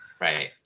Right